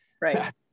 right